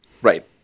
right